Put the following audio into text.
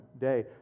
day